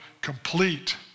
complete